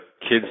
kids